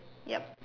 yup